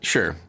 Sure